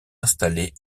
installée